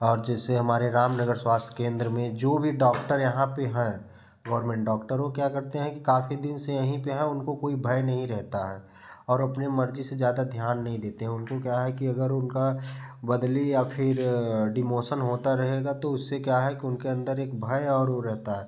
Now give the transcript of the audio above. और जिससे हमारे रामनगर स्वास्थ्य केंद्र में जो भी डॉक्टर यहाँ पे हैं गोवर्मेंट हो क्या करते हैं कि काफ़ी दिन से यही पे हैं उनको कोई भय नहीं रहता और अपनी मर्जी से ज़्यादा ध्यान नहीं देते है उनको क्या है कि अगर उनका बदली या फिर फिर डिमोशन होता रहेगा तो उससे क्या है कि उनके अंदर एक भय और वो रहता है